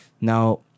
Now